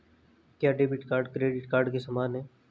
क्या debit card credit card के समान है?